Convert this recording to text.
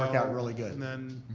like out really good. and then,